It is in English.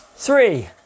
Three